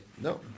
No